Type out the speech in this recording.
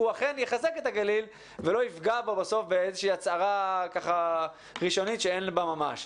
הוא אכן יחזק את הגליל ולא יפגע בו בהצהרה ראשית שאין בה ממש.